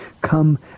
come